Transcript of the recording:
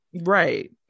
right